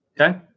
Okay